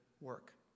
work